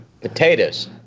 potatoes